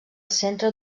centre